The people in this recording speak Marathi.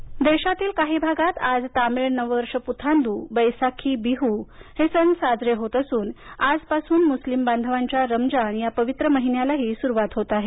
नववर्ष रमजान देशातील काही भागात आज तमिळ नववर्षबैसाखी बिहू हे सण साजरे होत असून आजपासून मुस्लीम बांधवांच्या रमजान या पवित्रमहिन्याला ही सुरुवात होत आहे